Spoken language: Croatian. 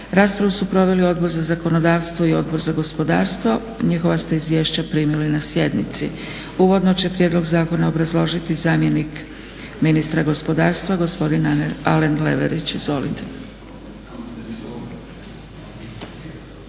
Raspravu su proveli Odbor za zakonodavstvo i Odbor za gospodarstvo. Njihova ste izvješća primili na sjednici. Uvodno će prijedlog zakona obrazložiti zamjenik ministra gospodarstva gospodin Alen Leverić. Izvolite.